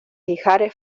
ijares